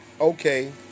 okay